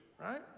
right